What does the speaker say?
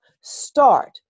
start